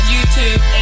YouTube